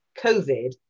COVID